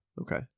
Okay